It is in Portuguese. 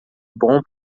bom